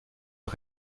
nog